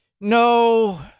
No